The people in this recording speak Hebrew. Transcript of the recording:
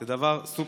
זה דבר סופר-חשוב,